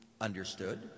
understood